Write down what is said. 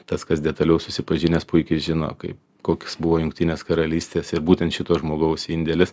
tas kas detaliau susipažinęs puikiai žino kaip koks buvo jungtinės karalystės ir būtent šito žmogaus indėlis